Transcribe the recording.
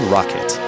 Rocket